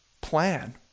plan